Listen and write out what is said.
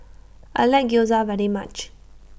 I like Gyoza very much